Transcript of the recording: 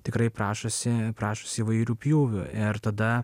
tikrai prašosi prašosi įvairių pjūvių ir tada